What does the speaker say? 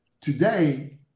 Today